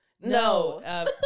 no